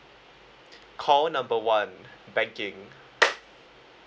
call number one banking